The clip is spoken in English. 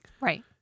right